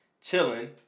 chilling